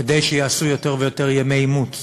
כדי שיעשו יותר ויותר ימי אימוץ.